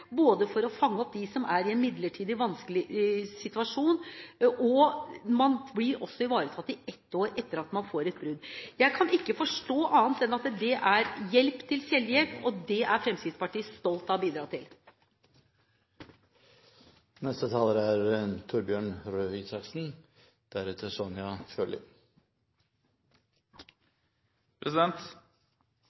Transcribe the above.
både for å studere og for å fange opp dem som midlertidig er i en vanskelig situasjon, og man blir også ivaretatt i ett år etter at man får et brudd. Jeg kan ikke forstå annet enn at det er hjelp til selvhjelp, og det er Fremskrittspartiet stolt over å bidra til. Man skal alltid være ydmyk når man gjør om ordninger som er